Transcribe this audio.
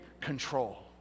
control